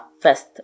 first